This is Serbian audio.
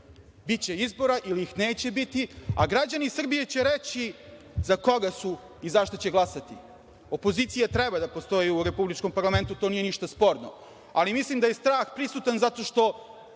biće izbora ili ih neće biti, a građani Srbije će reći za koga su i za šta će glasati. Opozicija treba da postoji u republičkom parlamentu, to nije ništa sporno, ali mislim da je strah prisutan zato što